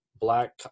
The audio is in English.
black